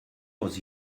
was